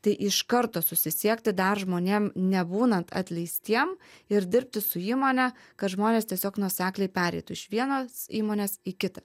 tai iš karto susisiekti dar žmonėm nebūnant atleistiem ir dirbti su įmone kad žmonės tiesiog nuosekliai pereitų iš vienos įmonės į kitą